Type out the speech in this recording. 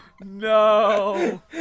no